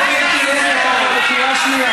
חבר הכנסת מיקי לוי, אתה בקריאה שנייה.